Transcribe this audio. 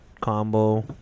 combo